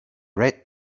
red